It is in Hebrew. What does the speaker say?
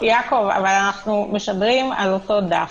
אנחנו משדרים באותו דף.